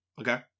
okay